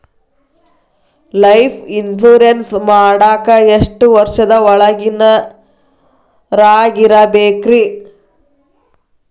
Life insurance ಮಾಡಾಕ ಎಷ್ಟು ವರ್ಷದ ಒಳಗಿನವರಾಗಿರಬೇಕ್ರಿ?